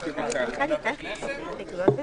העיר תוגדר כסוג של עיר סגורה.